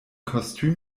kostüm